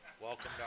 Welcome